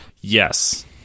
Yes